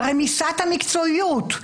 רמיסת המקצועיות.